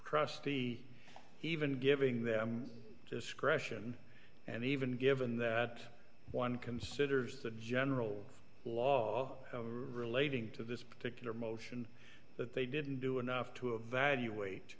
crusty even giving discretion and even given that one considers the general law relating to this particular motion that they didn't do enough to evaluate